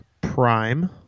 Prime